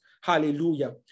Hallelujah